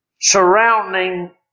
surrounding